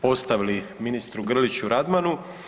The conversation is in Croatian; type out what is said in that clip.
postavili ministru Grliću Radmanu.